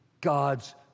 God's